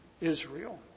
Israel